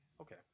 Okay